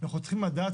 אנחנו צריכים לדעת,